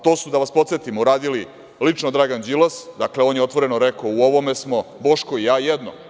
To su, da vas podsetim, uradili lično Dragan Đilas, dakle on je otvoreno rekao - u ovome smo Boško i ja jedno.